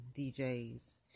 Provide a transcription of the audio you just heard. DJs